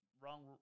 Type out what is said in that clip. wrong